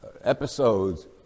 episodes